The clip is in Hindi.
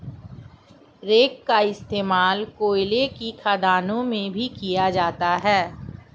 रेक का इश्तेमाल कोयले के खदानों में भी किया जाता है